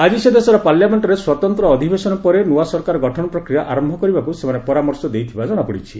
ଆଜି ସେ ଦେଶର ପାର୍ଲାମେଣ୍ଟରେ ସ୍ୱତନ୍ତ୍ର ଅଧିବେଶନ ପରେ ନୂଆ ସରକାର ଗଠନ ପ୍ରକ୍ରିୟା ଆରମ୍ଭ କରିବାକୁ ସେମାନେ ପରାମର୍ଶ ଦେଇଥିବା ଜଣାପଡ଼ିଛି